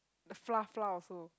the flour flour also